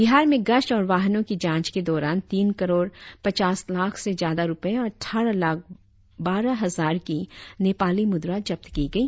बिहार मे गश्त और वाहनों की जांच के दौरान तीन करोड़ पचास लाख से ज्यादा रुपए और अट्ठारह लाख बारह हजार की नेपाली मुद्रा जब्त की गई